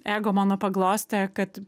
ego mano paglostė kad